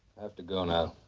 have to go now.